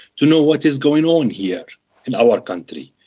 to know what is going on here in our country.